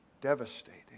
devastating